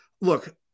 look